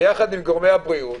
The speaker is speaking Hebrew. יחד עם גורמי הבריאות,